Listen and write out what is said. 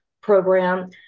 program